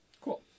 Cool